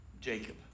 Jacob